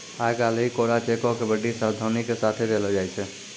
आइ काल्हि कोरा चेको के बड्डी सावधानी के साथे देलो जाय छै